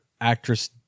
actress